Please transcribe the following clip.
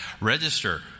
register